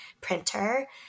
printer